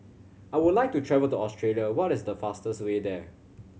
I would like to travel to Australia what is the fastest way there